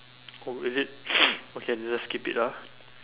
oh is it okay then let's skip it ah